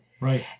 Right